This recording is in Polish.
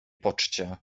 poczcie